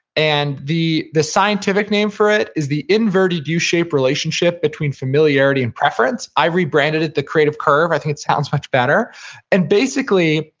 and the the scientific name for it is the inverted u-shape relationship between familiarity and preference. i've rebranded it the creative curve, i think it sounds much better and basically,